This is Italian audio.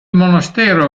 monastero